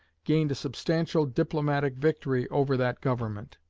gained a substantial diplomatic victory over that government.